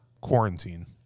quarantine